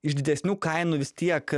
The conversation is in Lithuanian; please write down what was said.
iš didesnių kainų vis tiek